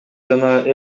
жана